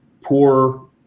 poor